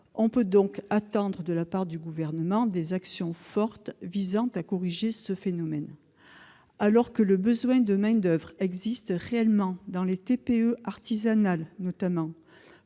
on peut donc attendre de la part du Gouvernement des actions fortes visant à corriger ce phénomène. Alors que le besoin de main-d'oeuvre existe réellement dans les TPE artisanales notamment,